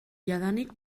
jadanik